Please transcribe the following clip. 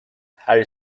harry